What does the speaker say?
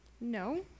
No